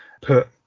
put